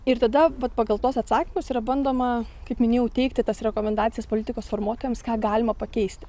ir tada vat pagal tuos atsakymus yra bandoma kaip minėjau teikti tas rekomendacijas politikos formuotojams ką galima pakeisti